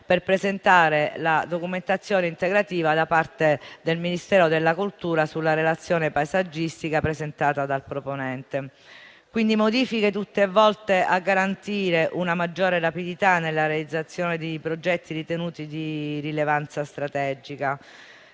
per presentare la documentazione integrativa da parte del Ministero della cultura sulla relazione paesaggistica presentata dal proponente. Sono tutte modifiche volte a garantire una maggiore rapidità nella realizzazione dei progetti ritenuti di rilevanza strategica.